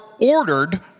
ordered